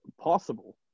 possible